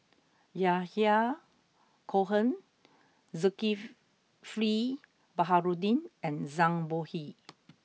Yahya Cohen Zulkifli Baharudin and Zhang Bohe